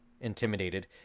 intimidated